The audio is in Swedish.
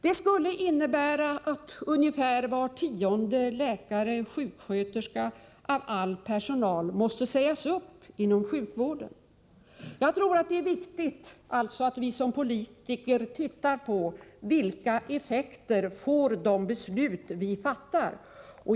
Det skulle innebära att ungefär var tionde läkare och sjuksköterska liksom var tionde av andra anställda inom sjukvården skulle få sägas upp. Jag tror alltså att det är viktigt att vi som politiker tittar på effekterna av de beslut som vi fattar.